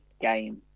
game